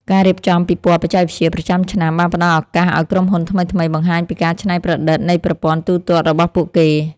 ការរៀបចំពិព័រណ៍បច្ចេកវិទ្យាប្រចាំឆ្នាំបានផ្តល់ឱកាសឱ្យក្រុមហ៊ុនថ្មីៗបង្ហាញពីការច្នៃប្រឌិតនៃប្រព័ន្ធទូទាត់របស់ពួកគេ។